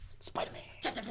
Spider-Man